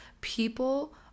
people